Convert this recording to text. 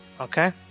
Okay